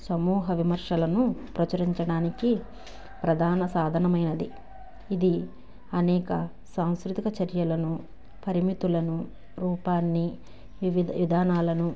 సమూహ విమర్శలను ప్రచురించడానికి ప్రధాన సాధనమైనది ఇది అనేక సాంస్కృతిక చర్యలను పరిమితులను రూపాన్ని వివిధ విధానాలను